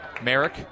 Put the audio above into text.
Merrick